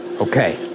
Okay